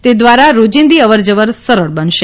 તે દ્વારા રોજીંદી અવરજવર સરળ બનશે